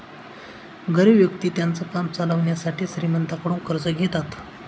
गरीब व्यक्ति त्यांचं काम चालवण्यासाठी श्रीमंतांकडून कर्ज घेतात